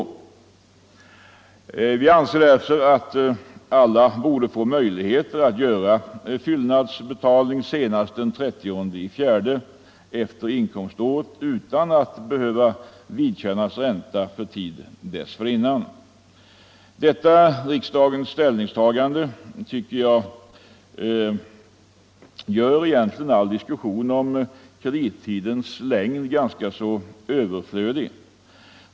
Alla borde därför få möjlighet att göra fyllnadsbetalning senast den 30 april året efter inkomståret utan att behöva vidkännas ränta för tid dessförinnan. Detta riksdagens ställningstagande tycker jag gör all diskussion om kredittidens längd överflödig.